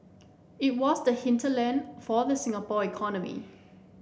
it was the hinterland for the Singapore economy